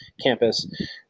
campus